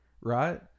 Right